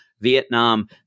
vietnam